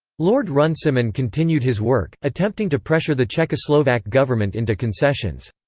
lord runciman continued his work, attempting to pressure the czechoslovak government into concessions.